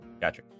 Gotcha